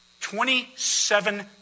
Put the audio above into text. Twenty-seven